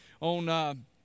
on